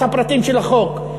את הפרטים של החוק,